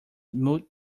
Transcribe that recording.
mute